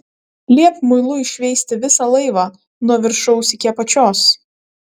liepk muilu iššveisti visą laivą nuo viršaus iki apačios